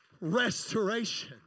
restoration